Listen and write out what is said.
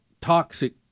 toxic